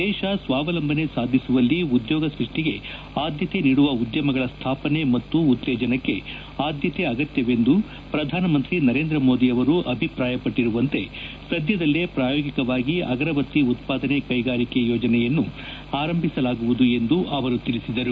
ದೇಶ ಸ್ವಾವಲಂಬನೆ ಸಾಧಿಸುವಲ್ಲಿ ಉದ್ಯೋಗ ಸೃಷ್ಟಿಗೆ ಆದ್ಯತೆ ನೀಡುವ ಉದ್ಯಮಗಳ ಸ್ಥಾಪನೆ ಮತ್ತು ಉತ್ತೇಜನಕ್ಕೆ ಆದ್ಯತೆ ಅಗತ್ಯವೆಂದು ಪ್ರಧಾನಮಂತ್ರಿ ನರೇಂದ್ರ ಮೋದಿ ಅವರು ಅಭಿಪ್ರಾಯಪಟ್ಟರುವಂತೆ ಸದ್ಯದಲ್ಲೇ ಪ್ರಾಯೋಗಿಕವಾಗಿ ಅಗರಬತ್ತಿ ಉತ್ಪಾದನೆ ಕೈಗಾರಿಕೆ ಯೋಜನೆಯನ್ನು ಆರಂಭಿಸಲಾಗುವುದು ಎಂದು ಅವರು ತಿಳಿಸಿದರು